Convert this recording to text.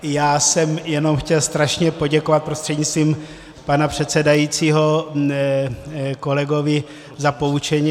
Já jsem jenom chtěl strašně poděkovat prostřednictvím pana předsedajícího kolegovi za poučení.